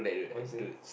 what you say